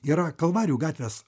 yra kalvarijų gatvės